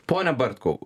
pone bartkau